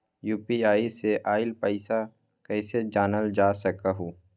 UPI से आईल पैसा कईसे जानल जा सकहु?